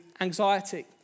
anxiety